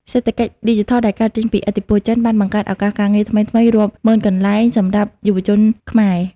សេដ្ឋកិច្ចឌីជីថលដែលកើតចេញពីឥទ្ធិពលចិន បានបង្កើតឱកាសការងារថ្មីៗរាប់ម៉ឺនកន្លែងសម្រាប់យុវជនខ្មែរ។